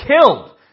killed